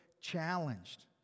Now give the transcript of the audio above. challenged